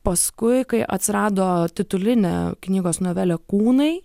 paskui kai atsirado titulinė knygos novelė kūnai